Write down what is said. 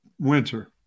winter